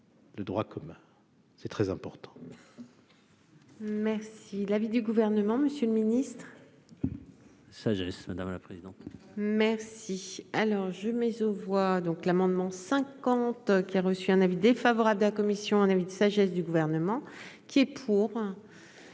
Le droit commun, c'est très important. Merci l'avis du gouvernement, Monsieur le Ministre. ça, madame la présidente. Merci, alors je mise aux voix, donc l'amendement cinquante, qui a reçu un avis défavorable de la commission, un avis de sagesse du gouvernement. Qui est pour,